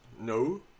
No